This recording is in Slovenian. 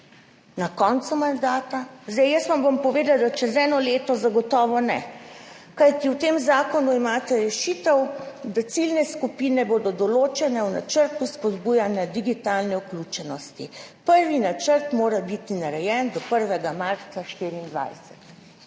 na koncu mandata? Jaz vam bom povedala, da čez eno leto zagotovo ne, kajti v tem zakonu imate rešitev, da bodo ciljne skupine določene v načrtu spodbujanja digitalne vključenosti, prvi načrt mora biti narejen do prvega marca 2024.